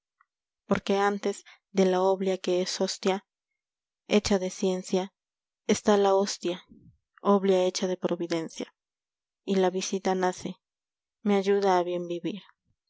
porque antes de la oblea que es hostia hecha de ciencia está la hostia oblea hecha de providencia y la visita nace me ayuda a bien vivir